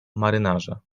marynarze